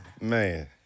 Man